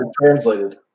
Translated